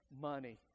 money